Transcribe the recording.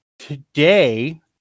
Today